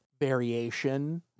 variation